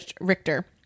Richter